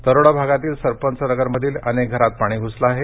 तरोडा भागातील सरपंच नगर मधील अनेक घरात पाणी घूसले आहे